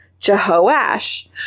Jehoash